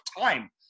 time